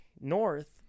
north